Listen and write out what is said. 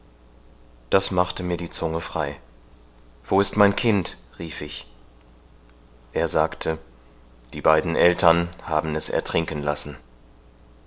das machte mir die zunge frei wo ist mein kind rief ich er sagte die beiden eltern haben es ertrinken lassen